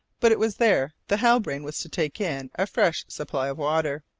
but it was there the halbrane was to take in a fresh supply of water.